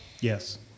Yes